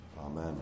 Amen